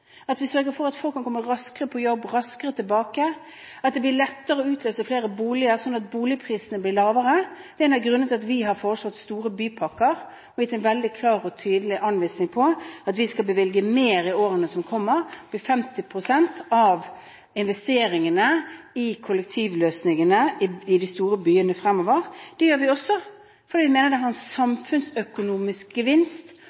at vi sørger for at folk kan komme raskere på jobb og raskere tilbake, og at det blir lettere å utløse flere boliger, slik at boligprisene blir lavere. En av grunnene til at vi har foreslått store bypakker og gitt en veldig klar og tydelig anvisning på at vi skal bevilge mer i årene som kommer – 50 pst. av investeringene skal brukes på kollektivløsningene i de store byene fremover – er at vi mener det har en